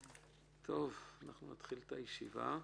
נתחיל את הישיבה.